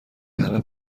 همه